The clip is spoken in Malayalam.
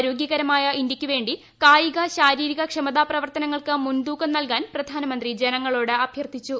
ആരോഗൃകരമായ ഇന്തൃയ്ക്ക് വേണ്ടി കായിക ശാരീരിക ക്ഷമതാ പ്രവർത്തനങ്ങൾക്ക് മുൻതൂക്കം നൽകാൻ പ്രധാനമന്ത്രി ജനങ്ങളോട് അഭ്യർഥിച്ചു